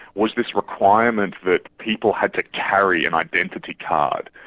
was this requirement that people had to carry an identity card,